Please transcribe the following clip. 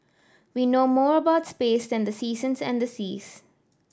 we know more about space than the seasons and the seas